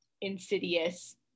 insidious